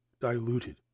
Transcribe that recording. diluted